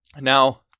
Now